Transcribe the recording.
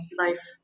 life